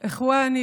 עוברים.